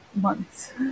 months